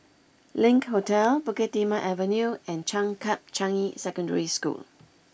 Link Hotel Bukit Timah Avenue and Changkat Changi Secondary School